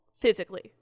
physically